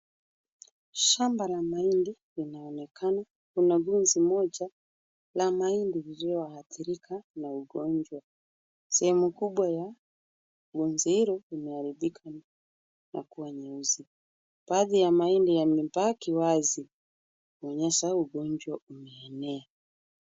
Shamba la mahindi linaonekana kuna gunzi moja la mahindi lililoathirika na ugonjwa. Sehemu kubwa ya gunzi hilo limeharibika na kuwa nyeusi. Baadhi ya mahindi yamebaki wazi, kuonyesha ugonjwa umeenea.